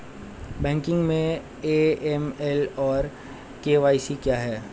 Banking में AML और KYC क्या हैं?